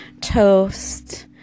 toast